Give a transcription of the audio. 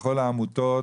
ולכל העמותות,